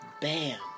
bam